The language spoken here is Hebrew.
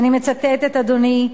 אני מצטטת, אדוני,